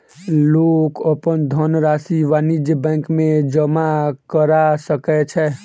लोक अपन धनरशि वाणिज्य बैंक में जमा करा सकै छै